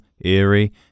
eerie